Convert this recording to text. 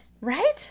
right